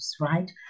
right